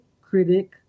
critic